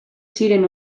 ziren